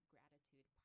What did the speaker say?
gratitude